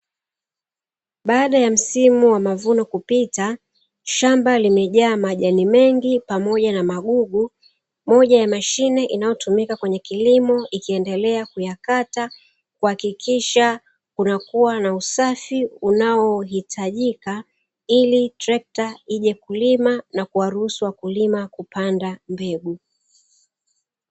Baada ya msimu wa mavuno kupita shamba limejaa majani mengi pamoja na magugu, moja ya mashine inayotumika kwenye kilimo ikiendelea kuyakata kuhakikisha kunakua na usafi unao hitajika ili trekta ije kulima na kuwaruhusu wakulima kupanda mbegu.